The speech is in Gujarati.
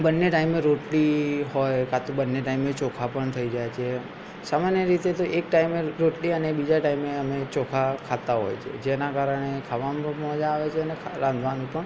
બન્ને ટાઈમે રોટલી હોય કે બન્ને ટાઈમે ચોખા પણ થઈ જાય છે સામાન્ય રીતે તો એક ટાઈમે રોટલી અને બીજા ટાઈમે ચોખા ખાતા હોય છે જેના કારણે ખાવાનું પણ મજા આવે છે અને રાંધવાની પણ